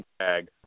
tag